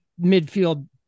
midfield